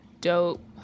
dope